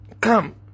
Come